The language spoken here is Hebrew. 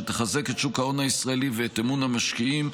שתחזק את שוק ההון הישראלי ואת האמון המשקיעים,